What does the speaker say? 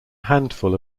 handful